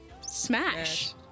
Smash